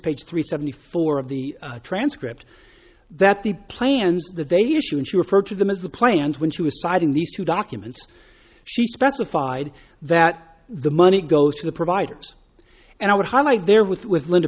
page three seventy four of the transcript that the plans that they issue and she referred to them as the plan when she was citing these two documents she specified that the money goes to the providers and i would highlight there with with linda